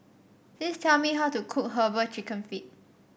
please tell me how to cook herbal chicken feet